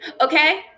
Okay